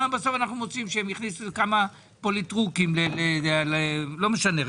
בסוף אנחנו מוצאים שהם הכניסו כמה פוליטרוקים לא משנה לאן,